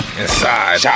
inside